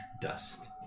dust